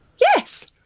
Yes